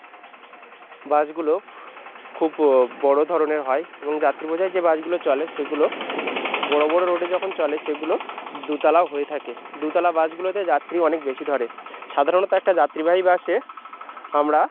বাসগুলো খুব ব বড় ধরনের হয় এবং যাত্রী বোঝাই যে বাসগুলো চলে সেগুলো বড় বড় রোডে যখন চলে সেগুলো দোতলাও হয়ে থাকে দোতলা বাসগুলোতে যাত্রী অনেক বেশি ধরে সাধারণত একটা যাত্রীবাহী বাসে আমরা